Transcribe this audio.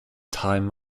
time